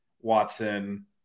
Watson